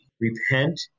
repent